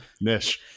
nish